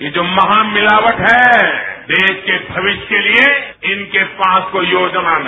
ये जो महामिलावट है देश के भविष्य के लिए इनके पास कोई योजना नहीं